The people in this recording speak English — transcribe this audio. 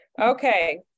Okay